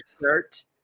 shirt